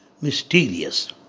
mysterious